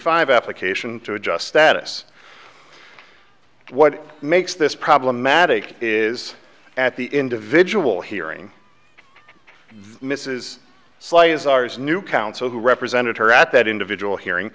five application to adjust status what makes this problematic is at the individual hearing mrs sly is ours new counsel who represented her at that individual hearing